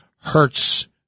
hurts